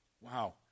wow